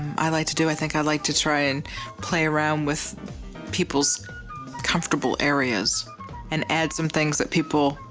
i like to do. i think i like to try and play around with people's comfortable areas and add some things that people,